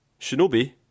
Shinobi